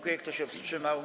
Kto się wstrzymał?